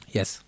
Yes